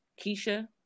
Keisha